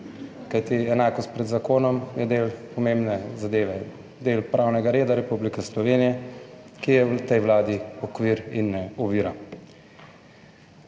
kajti enakost pred zakonom je del pomembne zadeve, del pravnega reda Republike Slovenije, ki je v tej Vladi okvir in ne ovira.